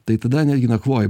tai tada netgi nakvoji